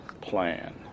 plan